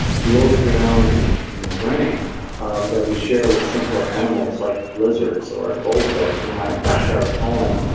lower down and in the brain um that we share with simpler animals like lizards or goldfish in my backyard pond,